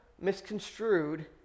misconstrued